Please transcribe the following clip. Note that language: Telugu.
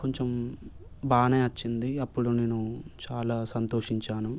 కొంచెం బాగా వచ్చింది అప్పుడు నేను చాలా సంతోషించాను